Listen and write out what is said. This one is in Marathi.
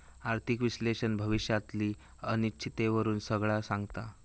आर्थिक विश्लेषक भविष्यातली अनिश्चिततेवरून सगळा सांगता